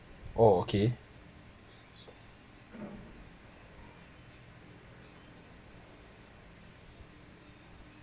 orh okay